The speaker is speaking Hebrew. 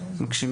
Cnef,